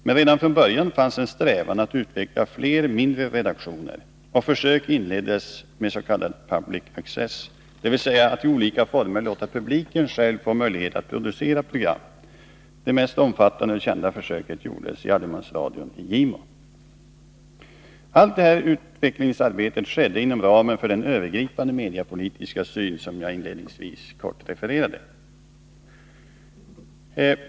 Men redan från början fanns en strävan att utveckla flera mindre redaktioner. Och försök inleddes också med s.k. ”public access”, dvs. att i olika former låta publiken själv få möjlighet att producera program. Det mest omfattande och kända försöket gjordes i allemansradion i Gimo. Allt detta utvecklingsarbete skedde inom ramen för den övergripande mediepolitiska syn som jag inledningsvis kort refererade.